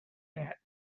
that